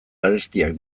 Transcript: garestiak